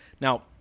Now